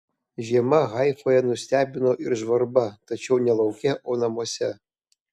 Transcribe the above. žiema haifoje nustebino ir žvarba tačiau ne lauke o namuose